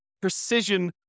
precision